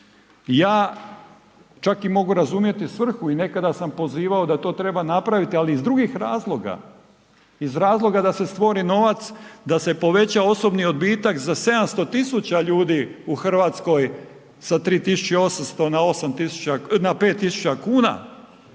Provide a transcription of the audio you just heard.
Ja čak i mogu razumjeti svrhu i nekada sam pozivao da to treba napraviti, ali iz drugih razloga. Iz razloga da se stvori novac, da se poveća osobni odbitak za 700.000 ljudi u Hrvatskoj sa 3.800 na 5.000 kuna